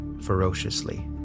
ferociously